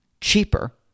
cheaper